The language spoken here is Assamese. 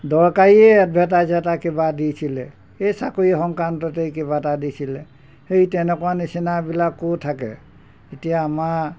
দৰকাৰীয়ে এডভাৰটাইজ এটা কিবা দিছিলে এই চাকৰি সংক্ৰান্ততেই কিবা এটা দিছিলে সেই তেনেকুৱা নিচিনাবিলাকো থাকে এতিয়া আমাৰ